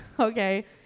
Okay